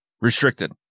restricted